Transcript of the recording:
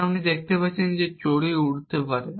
এবং আপনি দেখতে পাচ্ছেন যে চড়ুই উড়তে পারে